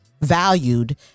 valued